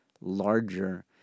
larger